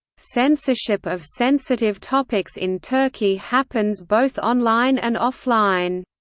censorship of sensitive topics in turkey happens both online and offline.